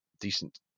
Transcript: decent